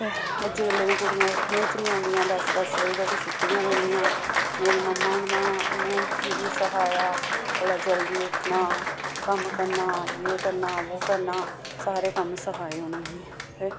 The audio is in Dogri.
ते अजै कल्लै दियां कुड़ियां उट्ठनें च निं औंदियां दस दस बजे धोड़ी सुत्ती दियां रौंह्दियां मेरी मम्मा नै उ'नें मि सखाया भला जल्दी उट्ठना कम्म करना एह् करना वो करना सारे कम्म सखाए